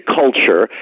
culture